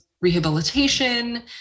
rehabilitation